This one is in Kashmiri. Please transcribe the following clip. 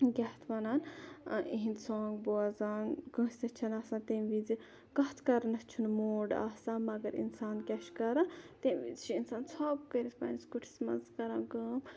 کیاہ اَتھ وَنان اِہنٛد سونٛگ بوزان کٲنٛسہِ سۭتۍ چھَنہِ آسان تمہِ وِزِ کَتھ کَرنَس چھُنہٕ موٗڈ آسان مَگَر اِنسان کیا چھُ کَران تمہِ وِز چھُ اِنسان ژھوٚپ کٔرِتھ پَننِس کُٹھِس مَنٛز کَران کٲم